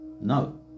No